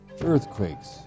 earthquakes